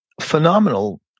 phenomenal